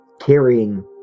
carrying